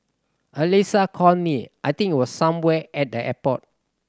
Alyssa called me I think it was somewhere at the airport